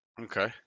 Okay